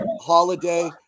Holiday